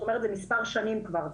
זה מספר שנים כבר.